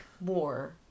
more